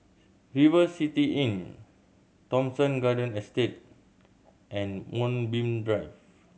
River City Inn Thomson Garden Estate and Moonbeam Drive